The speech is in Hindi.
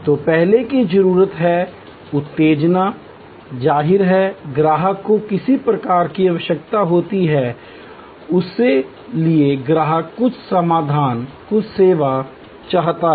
तो पहले की जरूरत है उत्तेजना जाहिर है ग्राहक को किसी प्रकार की आवश्यकता होती है जिसके लिए ग्राहक कुछ समाधान कुछ सेवा चाहता है